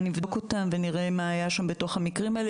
שנבדוק אותן ונראה מה היה במקרים האלה.